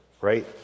right